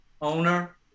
owner